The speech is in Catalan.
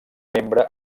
membre